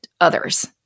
others